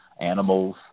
animals